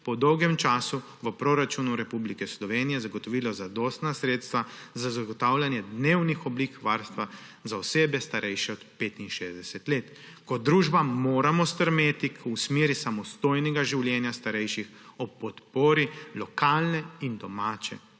po dolgem času v proračunu Republike Slovenije zagotovilo zadostna sredstva za zagotavljanje dnevnih oblik varstva za osebe, starejše od 65 let. Kot družba moramo stremeti v smeri samostojnega življenja starejših ob podpori lokalne in domače